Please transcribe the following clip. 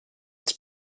its